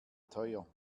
teuer